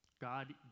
God